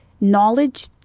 knowledge